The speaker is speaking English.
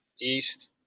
East